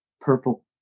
purple